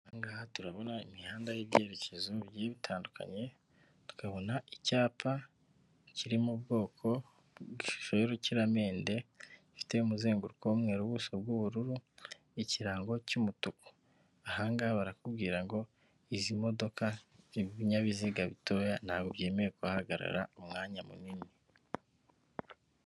Ahangaha turabona imihanda y'ibyerekezo bitandukanye tukabona icyapa kiri mu bwoko bw'shusho y'urukiramende ifite umuzenguruko wmweruubuso bwuubururu ikirango cy'umutuku ahangaha barakubwira ngo izi modoka ibinyabiziga bitoya ntabwo byemewe guhagarara umwanya munini.